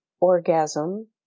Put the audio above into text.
orgasm